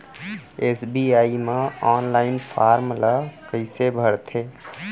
SBI म online form ल कइसे भरथे?